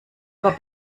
über